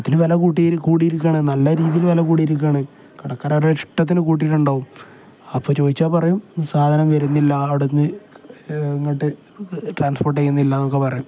അതിന് വില കൂട്ടി കൂട്ടിയിട്ടിരിക്കുകയാണ് നല്ല രീതിയിൽ വില കൂടിയിരിക്കുകയാണ് കടക്കാരുടെ ഇഷ്ടത്തിന് കൂട്ടിയിട്ടുണ്ടാവും അപ്പം ചോദിച്ചാൽ പറയും സാധനം വരുന്നില്ല അവിടേ നിന്ന് ഇങ്ങോട്ട് ട്രാൻസ്പോർട്ട് ചെയ്യുന്നില്ല എന്നൊക്കെ പറയാം